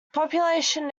population